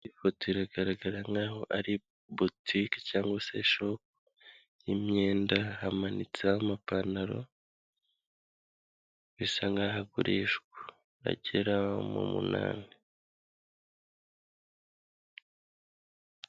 Ifoto iragaragara nk'aho ari butike cyangwa se shopu y'imyenda, hamanitseho amapantaro, bisa nk'aho agurishwa agera mu munani.